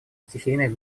стихийных